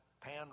pan